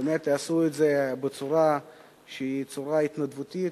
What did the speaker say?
באמת יעשו את זה בצורה שהיא צורה התנדבותית,